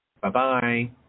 Bye-bye